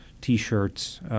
t-shirts